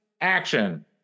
action